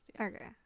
Okay